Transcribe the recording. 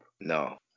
No